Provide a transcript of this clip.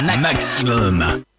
Maximum